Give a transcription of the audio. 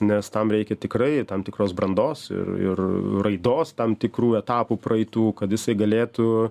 nes tam reikia tikrai tam tikros brandos ir ir raidos tam tikrų etapų praeitų kad jisai galėtų